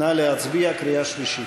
נא להצביע בקריאה שלישית.